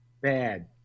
Bad